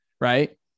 Right